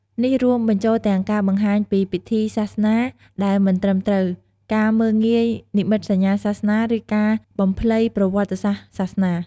នេះរួមបញ្ចូលទាំងការបង្ហាញពីពិធីសាសនាដែលមិនត្រឹមត្រូវ ការមើលងាយនិមិត្តសញ្ញាសាសនា ឬការបំភ្លៃប្រវត្តិសាស្ត្រសាសនា។